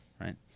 Right